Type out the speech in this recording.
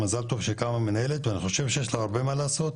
מזל טוב שקמה מנהלת ואני חושב שיש לה הרבה מה לעשות,